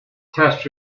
test